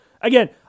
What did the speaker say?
Again